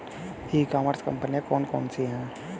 ई commerce कंपनियाँ कौन कौन सी हैं?